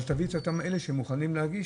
אבל תביא את אותם אלה שהם מוכנים להגיש